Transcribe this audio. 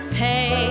pay